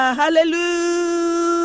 hallelujah